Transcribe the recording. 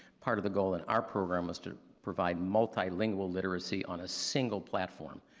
part of the goal in our program was to provide multi-lingual literacy on a single platform.